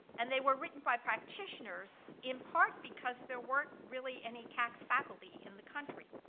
and they were written by practitioners in part because there weren't really any tax faculty in the country.